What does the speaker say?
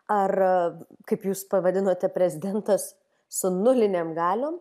ar kaip jūs pavadinote prezidentas su nulinėm galiom